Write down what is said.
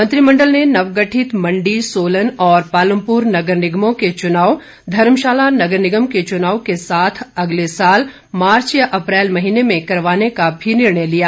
मंत्रिमण्डल ने नवगठित मण्डी सोलन और पालमपुर नगर निगमों के चुनाव धर्मशाला नगर निगम के चुनाव के साथ अगले साल मार्च या अप्रैल महीने में करवाने का भी निर्णय लिया